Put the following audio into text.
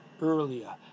earlier